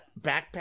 backpack